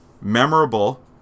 memorable